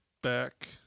Back